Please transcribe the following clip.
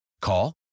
Call